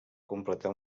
completar